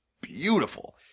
beautiful